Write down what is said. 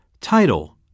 Title